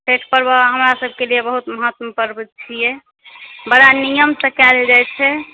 छठि पर्व हमरा सबके लिए बहुत महत्व पर्व छियै बरा नियम सॅं कयल जाइ छै